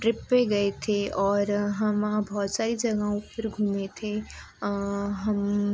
trip पर गए थे और हम वहाँ बहुत सारी जगहों पर घूमे थे हम